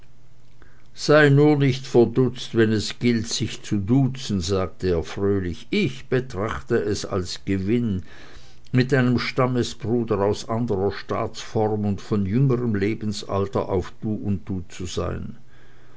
sei nur nicht verdutzt wenn es gilt sich zu duzen sagte er fröhlich ich betrachte es als gewinn mit einem stammesbruder aus anderer staatsform und von jüngerm lebensalter auf du und du zu sein